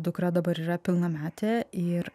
dukra dabar yra pilnametė ir